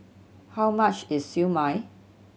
how much is Siew Mai